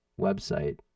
website